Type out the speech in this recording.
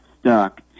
stuck